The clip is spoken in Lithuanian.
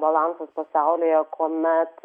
balansas pasaulyje kuomet